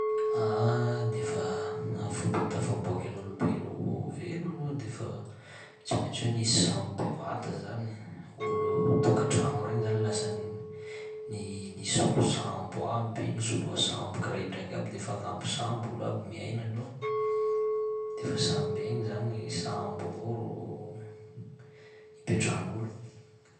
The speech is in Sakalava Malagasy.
Aah! De fa a- fomba ahatafaboaky ny olombelo ho velo aloha de fa tsy maintsy hoe nisy sambo bevata zany, olo- tokantragno regny zany lasa n- ni- nisolo sambo aby igny, soloa sambo kiraidraiky aby de fa agnabo sambo olo aby miaina aloha, de fa samby egny zany sambo avao ro ipetrahan'olo.